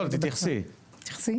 טוב, תתייחסי הלאה.